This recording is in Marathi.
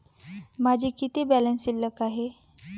माझा किती बॅलन्स शिल्लक आहे?